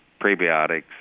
prebiotics